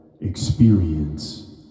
experience